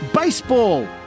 Baseball